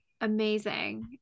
Amazing